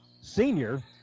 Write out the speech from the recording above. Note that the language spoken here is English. senior